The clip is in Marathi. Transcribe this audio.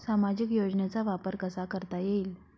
सामाजिक योजनेचा वापर कसा करता येईल?